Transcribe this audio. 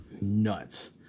nuts